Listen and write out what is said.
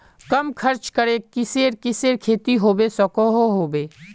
कम खर्च करे किसेर किसेर खेती होबे सकोहो होबे?